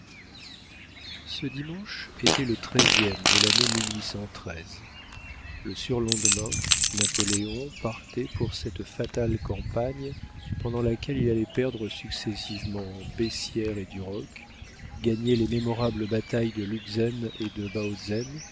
ce dimanche était le treizième de l'année le surlendemain napoléon partait pour cette fatale campagne pendant laquelle il allait perdre successivement bessières et duroc gagner les mémorables batailles de lutzen et de